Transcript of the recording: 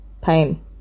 pain